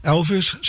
Elvis